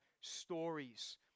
stories